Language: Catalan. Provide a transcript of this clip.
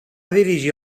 dirigir